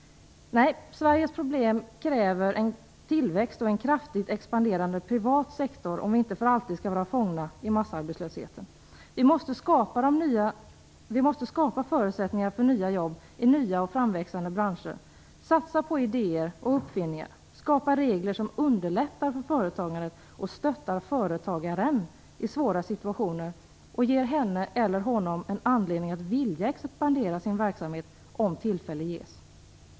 Nej, Sveriges problem kräver tillväxt och en kraftigt expanderande privat sektor om vi inte för alltid skall vara fångna i massarbetlösheten. Vi måste skapa förutsättningar för nya jobb i nya och framväxande branscher, satsa på idéer och uppfinningar och skapa regler som underlättar för företagandet, stöttar företagaren i svåra situationer och ger henne eller honom en anledning att vilja expandera sin verksamhet om tillfälle ges.